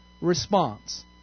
response